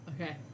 Okay